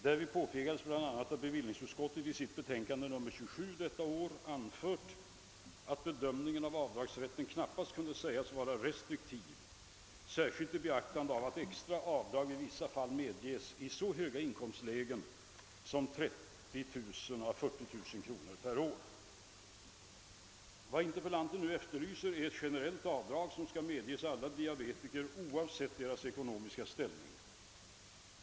Därvid påpekades bl.a. att bevillningsutskottet i sitt betänkande nr 27 detta år anfört att bedömningen av avdragsrätten knappast kunde sägas vara restriktiv, särskilt i beaktande av att extra avdrag i vissa fall medgivits i så höga inkomstlägen som 30 000—40 000 kronor per år. Vad interpellanten nu efterlyser är ett generellt avdrag, som skall medges alla diabetiker oavsett deras ekonomiska ställning.